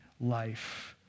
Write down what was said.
life